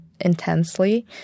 intensely